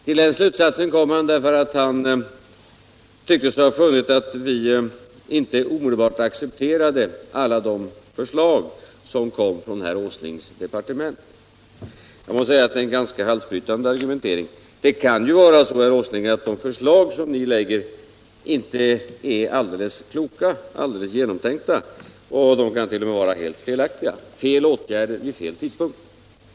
Till den slutsatsen kom han därför att han tyckte sig ha funnit att vi inte omedelbart accepterade alla de förslag som kom från herr Åslings departement. Jag måste säga att det är en ganska halsbrytande argumentering. Det kan ju vara så, herr Åsling, att de förslag ni lägger fram inte är helt kloka och genomtänkta. De kan t. o. rm. vara helt felaktiga — fel åtgärder vid fel tidpunkt.